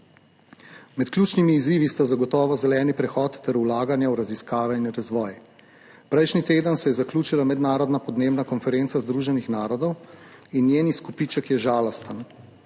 Med ključnimi izzivi so zagotovo zeleni prehod ter vlaganja v raziskave in razvoj. Prejšnji teden se je zaključila mednarodna podnebna konferenca Združenih narodov in njen izkupiček je žalosten.